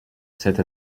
cette